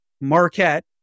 Marquette